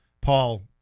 paul